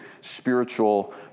spiritual